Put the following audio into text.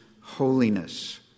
holiness